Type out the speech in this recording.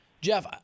Jeff